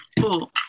cool